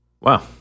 Wow